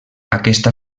aquesta